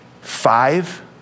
Five